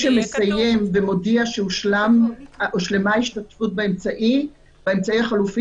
שמסיים ומודיע שהושלמה ההשתתפות באמצעי החלופי,